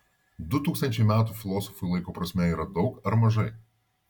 du tūkstančiai metų filosofui laiko prasme yra daug ar mažai